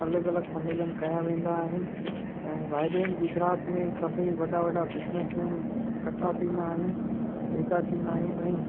अलॻि अलॻि सम्मेलन कया वेंदा आहिनि ऐं वाइब्रेंट गुजरात में सभई वॾा वॾा बिज़समेन कट्ठा थींदा आहिनि भेगा थींदा आहिनि ऐं